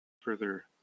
further